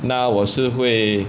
那我是会